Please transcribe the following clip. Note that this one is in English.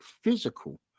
physical